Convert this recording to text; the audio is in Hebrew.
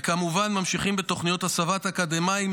וכמובן ממשיכים בתוכניות הסבת אקדמאים